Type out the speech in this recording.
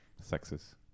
sexes